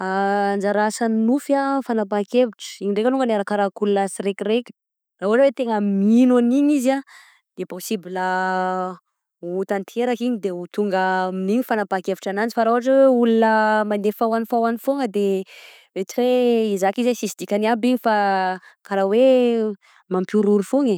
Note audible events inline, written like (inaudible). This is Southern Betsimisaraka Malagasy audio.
(hesitation) Anjara asan'ny nofy a, fanapahan-kevitra iny ndraika alognany, arakarak'olona siraikaraika, ra ohatra oe tena mino agn'igny izy, de possible ho tanteraka, iny de tonga amin'iny ny fanapahan-kevitra agnanjy, fa raha ohatra hoe olona mande, fa hoany fa hoany, fôna de mety hoe hizaka izy oe sisy dikany aby iny fa karaha oe mampihorohoro fôna e.